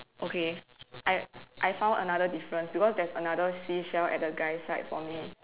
okay I I found another difference because there is another seashell at the guy's side for me